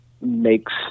makes